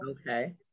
Okay